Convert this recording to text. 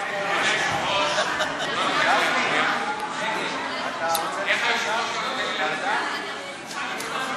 את הנושא לוועדת הכנסת לא נתקבלה.